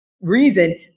reason –